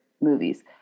movies